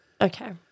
Okay